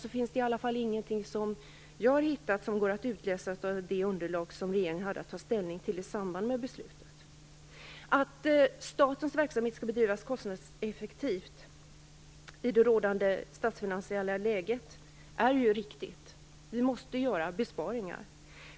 Men jag har i alla fall inte kunnat utläsa något om detta i det underlag som regeringen hade att ta ställning till i samband med beslutet. Att statens verksamheter skall bedrivas kostnadseffektivt i det rådande statsfinansiella läget är ju riktigt. Vi måste göra besparingar.